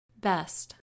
best